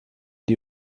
die